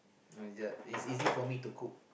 uh it's easy for me to cook